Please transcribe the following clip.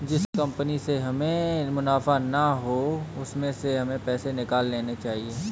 जिस कंपनी में हमें मुनाफा ना हो उसमें से हमें पैसे निकाल लेने चाहिए